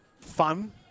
fun